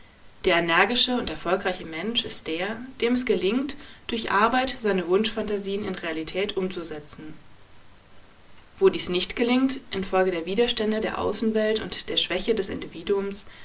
der energische und erfolgreiche mensch ist der dem es gelingt durch arbeit seine wunschphantasien in realität umzusetzen wo dies nicht gelingt infolge der widerstände der außenwelt und der schwäche des individuums